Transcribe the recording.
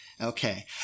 Okay